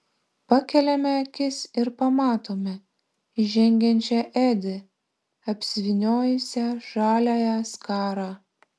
pakeliame akis ir pamatome įžengiančią edi apsivyniojusią žaliąją skarą